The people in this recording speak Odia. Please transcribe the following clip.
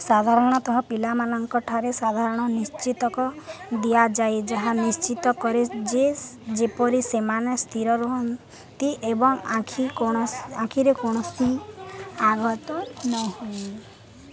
ସାଧାରଣତଃ ପିଲାମାନଙ୍କ ଠାରେ ସାଧାରଣ ନିଶ୍ଚିତକ ଦିଆଯାଏ ଯାହା ନିଶ୍ଚିତ କରେ ଯେ ଯେପରି ସେମାନେ ସ୍ଥିର ରୁହନ୍ତି ଏବଂ ଆଖି କୌ ଆଖିରେ କୌଣସି ଆଘାତ ନହୁଏ